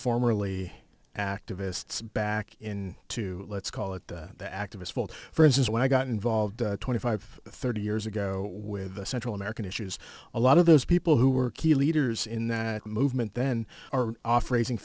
formerly activists back in to let's call it that the activists fault for is when i got involved twenty five thirty years ago with central american issues a lot of those people who were key leaders in that movement then are off raising